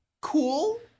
cool